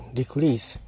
decrease